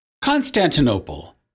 Constantinople